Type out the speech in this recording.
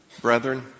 brethren